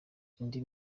indi